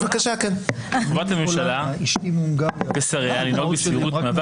חובת הממשלה ושריה לנהוג בסבירות מהווה